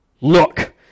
Look